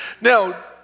Now